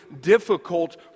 difficult